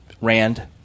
Rand